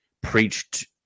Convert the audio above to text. preached